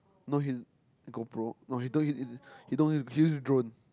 no his go pro no he don't us he don't use he use drone